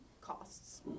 costs